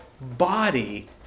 body